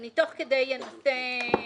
אני תוך כדי אנסה להתייחס,